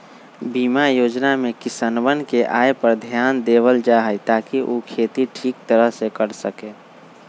बीमा योजना में किसनवन के आय पर ध्यान देवल जाहई ताकि ऊ खेती ठीक तरह से कर सके